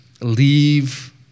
Leave